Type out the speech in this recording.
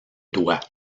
doigts